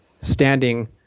standing